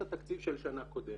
את התקציב של שנה קודמת.